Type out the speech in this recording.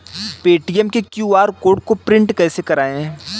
Paytm के QR code को print कैसे करवाएँ?